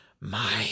My